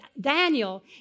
Daniel